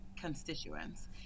constituents